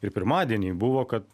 ir pirmadienį buvo kad